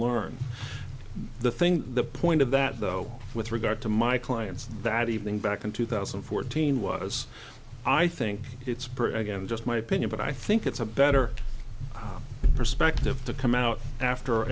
learn the thing the point of that though with regard to my clients that evening back in two thousand and fourteen was i think it's again just my opinion but i think it's a better perspective to come out after